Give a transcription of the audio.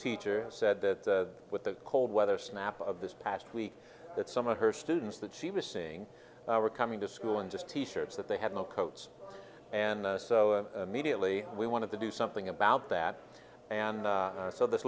teacher said that with the cold weather snap of this past week that some of her students that she was seeing were coming to school and just t shirts that they had no coats and so immediately we wanted to do something about that and so this